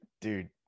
dude